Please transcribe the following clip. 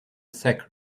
sack